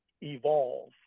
evolve